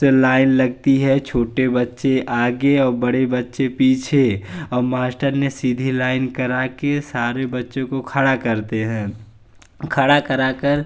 से लाइन लगती है छोटे बच्चे आगे और बड़े बच्चे पीछे और मास्टर ने सीधी लाइन करा कर सारे बच्चों को खड़ा करते हैं खड़ा करा कर